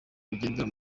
bugendera